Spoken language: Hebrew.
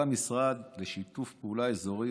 על המשרד לשיתוף פעולה אזורי,